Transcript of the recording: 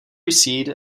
recede